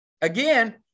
again